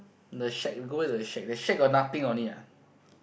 the shack you go back to the shack the shack got nothing on it ah